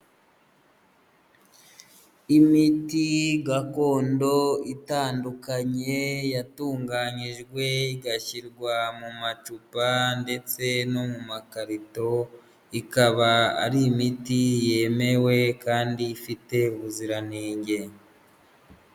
Imiti gakondo itandukanye, yatunganyijwe igashyirwa mu macupa ndetse no mu makarito, ikaba ari imiti yemewe, kandi ifite ubuziranenge.